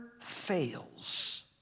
fails